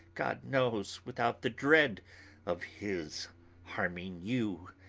god knows, without the dread of his harming you.